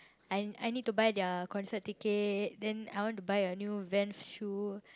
I I need to buy their concert ticket then I want to buy a new Vans shoe